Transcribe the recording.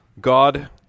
God